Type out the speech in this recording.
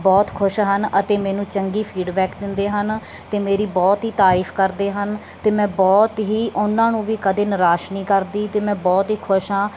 ਬਹੁਤ ਖੁਸ਼ ਹਨ ਅਤੇ ਮੈਨੂੰ ਚੰਗੀ ਫੀਡਬੈਕ ਦਿੰਦੇ ਹਨ ਅਤੇ ਮੇਰੀ ਬਹੁਤ ਹੀ ਤਾਰੀਫ ਕਰਦੇ ਹਨ ਅਤੇ ਮੈਂ ਬਹੁਤ ਹੀ ਉਹਨਾਂ ਨੂੰ ਵੀ ਕਦੇ ਨਿਰਾਸ਼ ਨਹੀਂ ਕਰਦੀ ਅਤੇ ਮੈਂ ਬਹੁਤ ਹੀ ਖੁਸ਼ ਹਾਂ